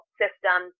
system